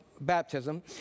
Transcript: baptism